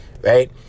right